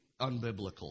unbiblical